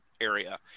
area